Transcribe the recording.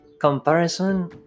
comparison